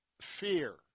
fear